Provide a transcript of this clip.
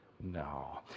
No